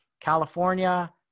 California